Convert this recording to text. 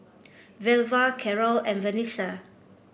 Velva Carole and Vanessa